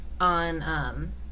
on